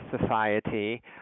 Society